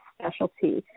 specialty